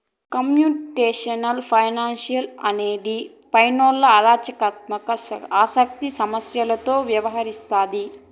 computational finance అనేది ఫైనాన్స్లో ఆచరణాత్మక ఆసక్తి సమస్యలతో వ్యవహరిస్తాది